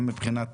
גם מבחינת